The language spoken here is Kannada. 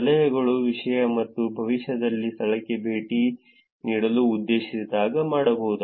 ಸಲಹೆಗಳು ವಿಷಯ ಅಥವಾ ಭವಿಷ್ಯದಲ್ಲಿ ಸ್ಥಳಕ್ಕೆ ಭೇಟಿ ನೀಡಲು ಉದ್ದೇಶಿಸಿದಾಗ ಮಾಡಬಹುದು